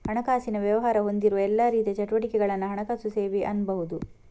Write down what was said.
ಹಣಕಾಸಿನ ವ್ಯವಹಾರ ಹೊಂದಿರುವ ಎಲ್ಲಾ ರೀತಿಯ ಚಟುವಟಿಕೆಗಳನ್ನ ಹಣಕಾಸು ಸೇವೆ ಅನ್ಬಹುದು